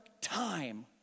time